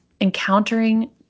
encountering